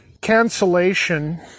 cancellation